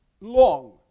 long